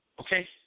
Okay